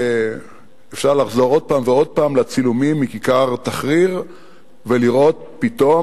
אפשר לחזור עוד פעם ועוד פעם לצילומים מכיכר אל-תחריר ולראות פתאום